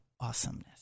awesomeness